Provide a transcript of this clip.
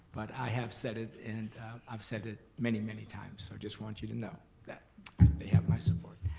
but i have said it, and i have said it many, many times, so just want you to know that they have my support.